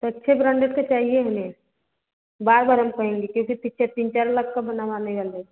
तो अच्छे ब्रांडेड का चाहिए हमें बार बार हम कहेंगे क्योंकि तीन चार लाख का बनवाने